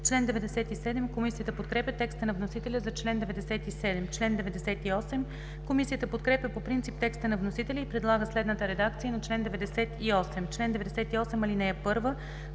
чл. 96. Комисията подкрепя текста на вносителя за чл. 97. Комисията подкрепя по принцип текста на вносителя и предлага следната редакция на чл. 98: „Чл. 98. (1)